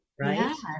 right